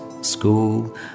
School